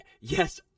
yes